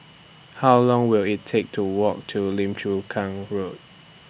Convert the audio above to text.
How Long Will IT Take to Walk to Lim Chu Kang Road